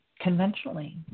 conventionally